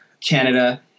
Canada